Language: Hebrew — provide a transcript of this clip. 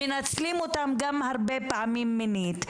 מנצלים אותם גם הרבה פעמים מינית,